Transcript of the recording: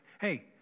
hey